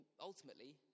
ultimately